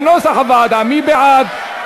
מי בעד ההסתייגויות?